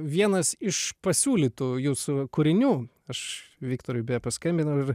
vienas iš pasiūlytų jūsų kūrinių aš viktorui beje paskambinau ir